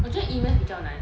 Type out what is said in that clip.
我觉得 E math 比较难